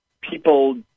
people